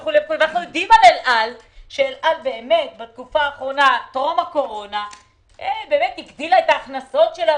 ואנו יודעים שאל על בתקופה האחרונה טרום הקורונה הגדילה את הכנסותיה,